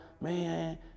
man